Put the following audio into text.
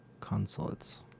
Consulates